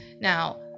Now